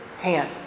hand